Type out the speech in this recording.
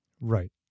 Right